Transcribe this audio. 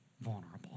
vulnerable